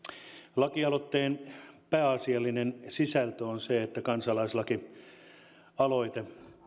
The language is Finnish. lakialoitteen pääasiallinen sisältö on se että kansalaislakialoite